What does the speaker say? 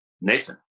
Nathan